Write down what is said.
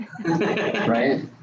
right